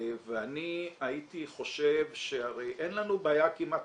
ואני הייתי חושב שהרי אין לנו בעיה כמעט